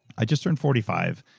i just turned forty five.